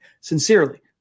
Sincerely